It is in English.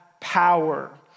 power